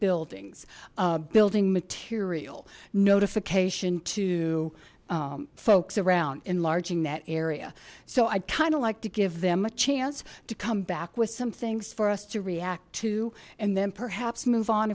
buildings building material notification to folks around enlarging that area so i'd kind of like to give them a chance to come back with some things for us to react to and then perhaps move